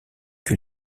que